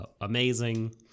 amazing